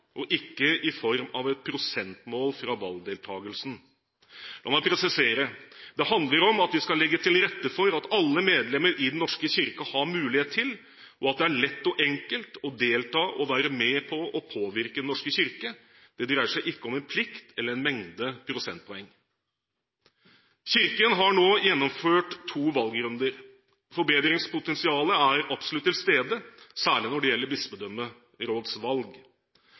og ikke i form av et prosentmål for valgdeltakelsen. La meg presisere: Det handler om at vi skal legge til rette for at alle medlemmer i Den norske kirke har mulighet til – og at det er lett og enkelt – å delta og være med på å påvirke Den norske kirke. Det dreier seg ikke om en plikt eller en mengde prosentpoeng. Kirken har nå gjennomført to valgrunder. Forbedringspotensialet er absolutt til stede, særlig når det gjelder